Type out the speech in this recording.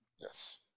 Yes